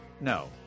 No